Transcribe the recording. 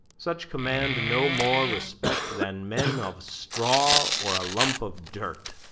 such command no more respect than men of straw or a lump of dirt.